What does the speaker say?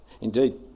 Indeed